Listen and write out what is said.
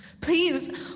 please